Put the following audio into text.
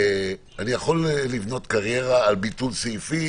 אני יכול לבנות קריירה על ביטול סעיפים,